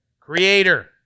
Creator